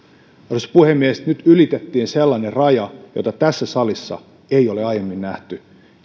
arvoisa puhemies nyt ylitettiin sellainen raja jota tässä salissa ei ole aiemmin nähty